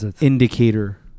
indicator